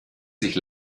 sich